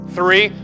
three